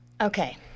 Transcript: Okay